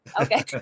Okay